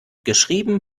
geschrieben